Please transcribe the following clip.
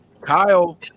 Kyle